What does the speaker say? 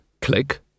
click